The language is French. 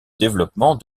développement